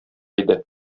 иде